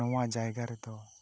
ᱱᱚᱣᱟ ᱡᱟᱭᱜᱟ ᱨᱮᱫᱚ